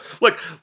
look